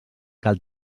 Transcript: cal